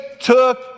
took